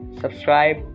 subscribe